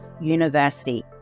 university